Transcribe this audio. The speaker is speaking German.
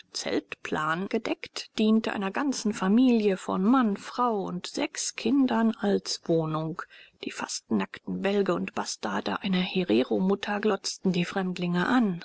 zeitplan gedeckt diente einer ganzen familie von mann frau und sechs kindern als wohnung die fast nackten bälge und bastarde einer hereromutter glotzten die fremdlinge an